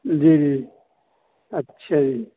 جی جی اچھا جی